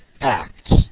acts